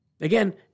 Again